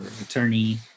attorney